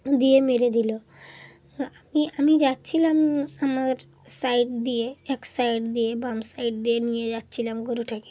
দিয়ে মেরে দিলো আমি আমি যাচ্ছিলাম আমার সাইড দিয়ে এক সাইড দিয়ে বাম সাইড দিয়ে নিয়ে যাচ্ছিলাম গরুটাকে